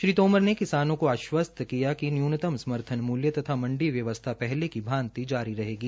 श्री तोमर ने किसानों को आश्वस्त किया है न्यूनतम समर्थन मूल्य और मंडी व्यवस्था पहले की भांति जारी रहेगी